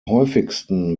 häufigsten